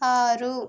ఆరు